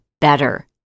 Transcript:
better